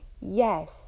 yes